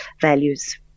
values